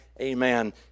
amen